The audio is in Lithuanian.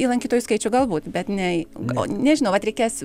į lankytojų skaičių galbūt bet ne į o nežinau vat reikės